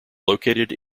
located